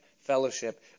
fellowship